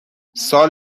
سال